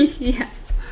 Yes